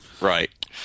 Right